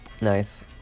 Nice